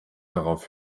darauf